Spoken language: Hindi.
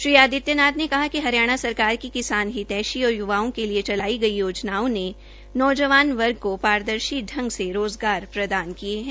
श्री आदित्य नाथ ने कहा कि हरियाणा सरकार की किसान हितैषी और य्वाओं के लिए चलाई गई योजनाओं ने नौजवान वर्ग को पारदर्शी ढंग से रोजगार प्रदान किये है